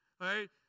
right